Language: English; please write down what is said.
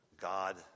God